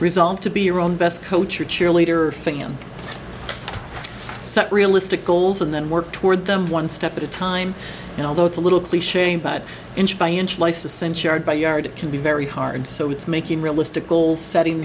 resolve to be your own best coach or cheerleader and set realistic goals and then work toward them one step at a time and although it's a little cliche but inch by inch life's essential by yard it can be very hard so it's making realistic goal setting